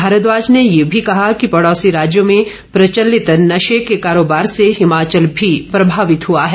भारद्वाज ने ये भी कहा कि पड़ोसी राज्यों मे प्रचलित नशे के कारोबार से हिमाचल भी प्रभावित हुआ है